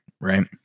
right